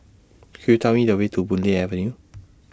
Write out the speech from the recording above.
Could YOU Tell Me The Way to Boon Lay Avenue